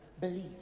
believe